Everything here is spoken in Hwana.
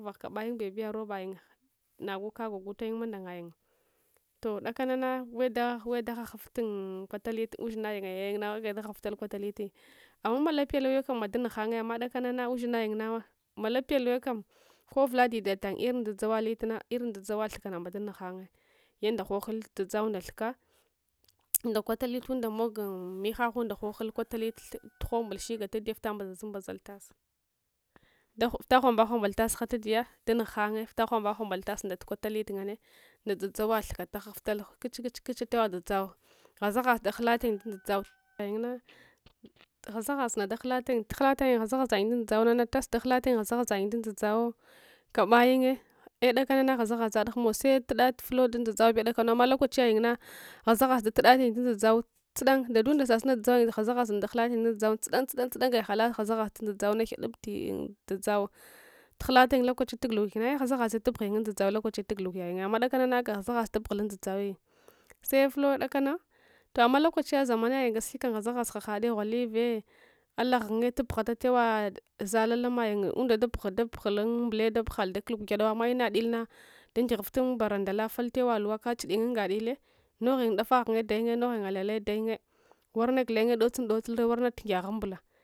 Vugh kabayun bebiyarobayun naguka gwagwatayun manda ngayun toh dakanana weda weda ghaghuvta ghuwadhuvtun kwatalite ushinghayung yayayun ngna aggeda ghuwaghuvtai kwataliti aghama lapya luwakam mada nugh hangye amma kudakana ushin hayunna malapya luwakam ko uvula ditatang irin dzadzawa litna irin dzadzawa thukana mada nughu hangye yanda ghoghul dzadzau nda thukka nda kwatalitunda mogu mihaghunda ghoghul kwatalit thu tughembul shiga tadiyta vita mbazazun mbazal tasseda vita ghomba ghambal tasse tadiya tanugh hangye vita ghumba ghombal tase ndatat kwatralit ndanne nda dazadzawa rhuka taghuvtalo kuch kuch kuch atewa dzadzauwe ghazaghaze ta ghuvla tayun dun dzadzawe gayun na ghaza ghazna taghulal ayun daghulaltayun ghazaghazna tas daghuthatayun ghazaghazna dun dzadzawu kabayungye eh'dakanana ghazaghazaz humow sadudat fulo dun dzadzau bewu kudakanow toh'lokachiyayunnah ghaza ghaza budatayundun dzadzawe tsudan dadunda sasuna dzadzau ghazaghazunda chudatayun dun dzadzau tsudan tsudan unga hala dzagha dzagh dun dzaduzau ghed'dubtu dzadzau tughulatal lokachiya tugulukuyun ai dzaghadzaghe tabughuyun undzadzau lokachiya tugulukuyungye amma hudakanana aga ghazaguadza tabughuli undzadzawi sefulowe dakana toh amma lokochinya zamanayun gasiyakam ghazaghaza hahade ghuwalive ala ghunye lubuyhal atewa dzalale lamayungy unda dabugh dabughul dun mbulle tabughal haldakul gugedawa ammsina illuna ndagehuvta ambarandala fultews luwa kachudul ungsdille noghuyun dapa ghunye dayungye noghuyun alale dayungye warna gulenye dotsun dosufre warnatu ngyaghun mbulla